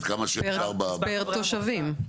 פר תושבים.